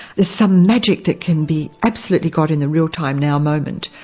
there's some magic that can be absolutely got in the real time now moment.